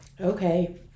okay